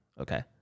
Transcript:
okay